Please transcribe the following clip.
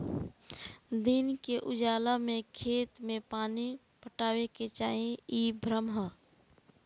दिन के उजाला में खेत में पानी पटावे के चाही इ भ्रम ह